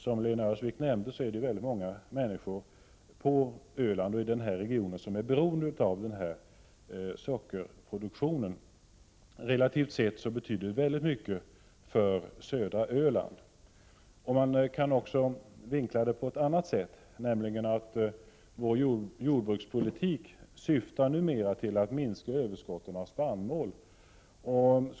Som Lena Öhrsvik nämnde, är många människor på Öland och i denna region beroende av sockerproduktionen. Relativt sett betyder den mycket för södra Öland. Denna fråga kan vinklas på ett annat sätt, nämligen så att svensk jordbrukspolitik mera syftar till att minska överskotten av spannmål.